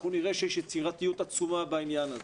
אנחנו נראה שיש יצירתיות עצומה בעניין הזה.